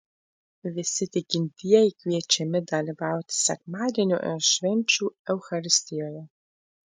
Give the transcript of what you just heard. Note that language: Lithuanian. visi tikintieji kviečiami dalyvauti sekmadienio ir švenčių eucharistijoje